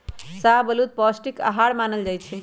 शाहबलूत पौस्टिक अहार मानल जाइ छइ